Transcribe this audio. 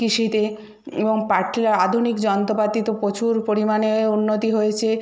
কৃষিতে এবং পাকে আধুনিক যন্ত্রপাতি তো প্রচুর পরিমাণে উন্নতি হয়েছে